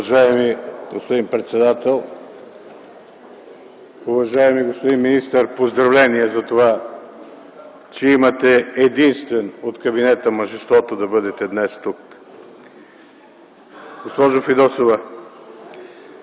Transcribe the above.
Уважаеми господин председател! Уважаеми господин министър, поздравления за това, че единствен от кабинета имате мъжеството да бъдете днес тук! Госпожо Фидосова,